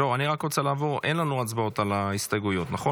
אין לנו הצבעות על ההסתייגויות, נכון?